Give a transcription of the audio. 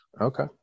Okay